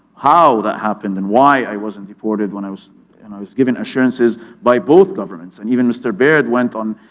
how that happened and why i wasn't deported when i was and i was given assurances by both governments, and even mr. baird went on,